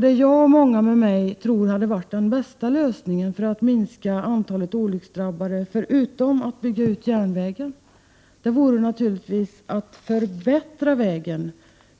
Det jag och många med mig tror hade varit den bästa lösningen för att minska antalet olycksdrabbade, hade förutom att bygga ut järnvägen varit att, som också vägverket hade tänkt, förbättra vägen